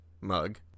mug